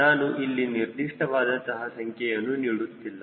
ನಾನು ಇಲ್ಲಿ ನಿರ್ದಿಷ್ಟವಾದಂತಹ ಸಂಖ್ಯೆಯನ್ನು ನೀಡುತ್ತಿಲ್ಲ